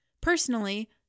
Personally